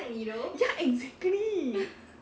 ya exactly